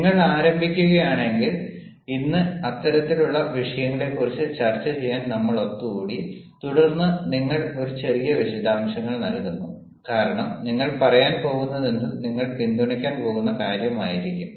നിങ്ങൾ ആരംഭിക്കുകയാണെങ്കിൽ ഇന്ന് അത്തരത്തിലുള്ള വിഷയങ്ങളെക്കുറിച്ച് ചർച്ച ചെയ്യാൻ നമ്മൾ ഒത്തുകൂടി തുടർന്ന് നിങ്ങൾ ഒരു ചെറിയ വിശദാംശങ്ങൾ നൽകുന്നു കാരണം നിങ്ങൾ പറയാൻ പോകുന്നതെന്തും നിങ്ങൾ പിന്തുണയ്ക്കാൻ പോകുന്ന കാര്യം ആയിരിക്കും